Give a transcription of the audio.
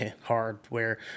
hardware